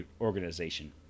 Organization